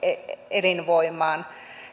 elinvoimaan